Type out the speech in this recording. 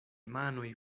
manoj